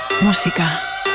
Música